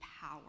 power